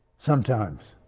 sometimes.